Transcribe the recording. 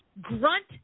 grunt